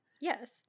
Yes